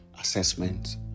Assessment